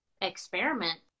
experiment